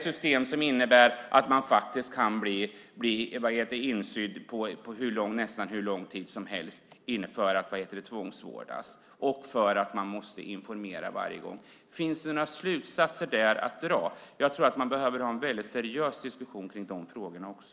Det innebär att man kan bli insydd på nästan hur lång tid som helst för tvångsvård. Man måste informera varje gång. Finns det några slutsatser att dra där? Jag tror att man behöver ha en seriös diskussion kring de frågorna också.